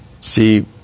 See